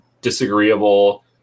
disagreeable